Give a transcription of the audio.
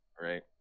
right